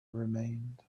remained